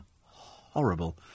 Horrible